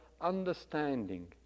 understanding